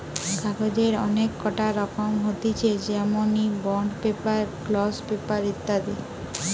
কাগজের অনেক কটা রকম হতিছে যেমনি বন্ড পেপার, গ্লস পেপার ইত্যাদি